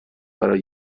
برای